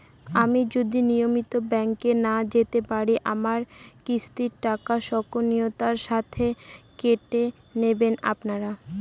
আমি যদি নিয়মিত ব্যংকে না যেতে পারি আমার কিস্তির টাকা স্বকীয়তার সাথে কেটে নেবেন আপনারা?